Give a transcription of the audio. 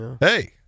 Hey